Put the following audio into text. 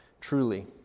truly